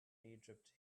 egypt